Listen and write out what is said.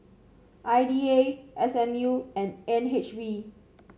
I D A S M U and N H B